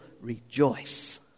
rejoice